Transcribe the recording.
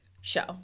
show